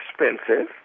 expensive